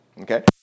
Okay